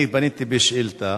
אני פניתי בשאילתא.